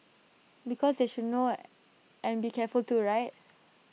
because they should know and be careful too right